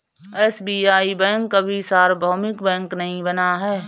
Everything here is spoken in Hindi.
एस.बी.आई बैंक अभी सार्वभौमिक बैंक नहीं बना है